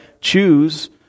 choose